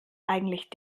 eigentlich